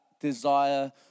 desire